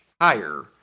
higher